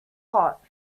hot